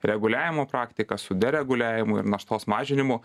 reguliavimo praktika su dereguliavimu ir naštos mažinimu